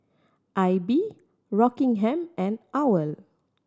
Aibi Rockingham and owl